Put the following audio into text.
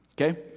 okay